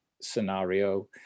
scenario